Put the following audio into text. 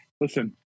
listen